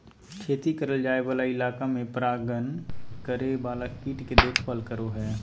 खेती करल जाय वाला इलाका में परागण करे वाला कीट के देखभाल करो हइ